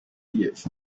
years